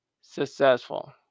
successful